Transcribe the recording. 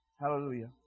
Hallelujah